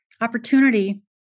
opportunity